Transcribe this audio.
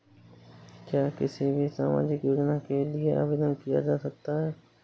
क्या किसी भी सामाजिक योजना के लिए आवेदन किया जा सकता है?